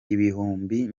ibihumbi